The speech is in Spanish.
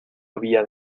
había